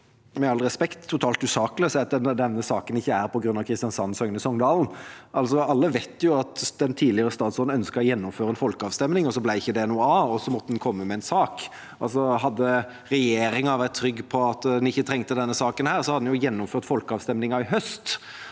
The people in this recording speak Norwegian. med all respekt, totalt usaklig å si at denne saken ikke er på grunn av Kristiansand, Søgne og Songdalen. Alle vet jo at den tidligere statsråden ønsket å gjennomføre en folkeavstemning, så ble ikke det noe av, og så måtte en komme med en sak. Hadde regjeringa vært trygg på at en ikke trengte denne saken, hadde en jo gjennomført folkeavstemning i høst